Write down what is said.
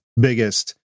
biggest